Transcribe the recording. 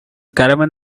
caravan